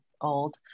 Old